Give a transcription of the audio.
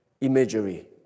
imagery